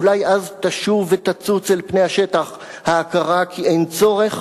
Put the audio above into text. אולי אז תשוב ותצוץ אל פני השטח ההכרה כי אין צורך